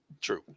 True